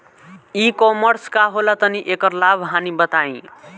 ई कॉमर्स का होला तनि एकर लाभ हानि बताई?